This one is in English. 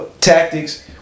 tactics